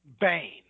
Bane